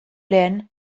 lehen